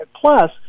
plus